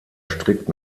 strikt